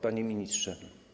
Panie Ministrze!